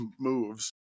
moves